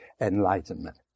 Enlightenment